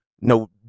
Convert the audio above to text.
no